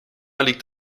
liegt